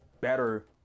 better